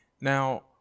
Now